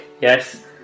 Yes